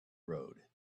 road